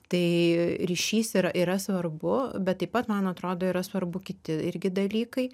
tai ryšys ir yra svarbu bet taip pat man atrodo yra svarbu kiti irgi dalykai